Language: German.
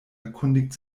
erkundigt